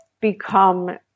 become